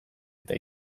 eta